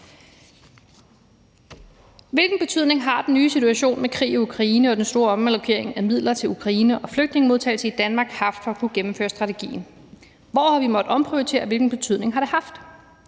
Hvilken betydning har den nye situation med krig i Ukraine og den store omallokering af midler til Ukraine og flygtningemodtagelse i Danmark haft for at kunne gennemføre strategien? Hvor har vi måttet omprioritere, og hvilken betydning har det haft?